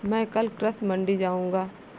मैं कल कृषि मंडी जाऊँगा